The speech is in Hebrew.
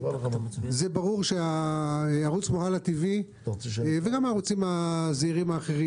זה ברור שערוץ כמו הלא טי.וי וגם הערוצים הזעירים האחרים